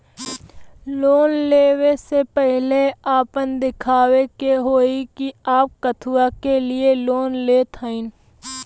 Loan ले वे से पहिले आपन दिखावे के होई कि आप कथुआ के लिए लोन लेत हईन?